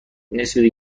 دیگشم